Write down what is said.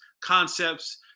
concepts